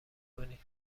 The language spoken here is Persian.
کنید